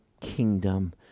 kingdom